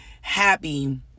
happy